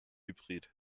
hybrid